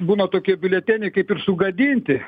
būna tokie biuleteniai kaip ir sugadinti